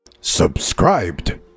Subscribed